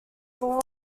born